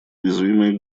уязвимые